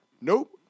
nope